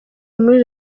muri